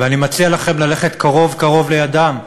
ואני מציע לכם ללכת קרוב קרוב לידם,